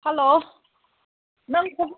hello ꯅꯪ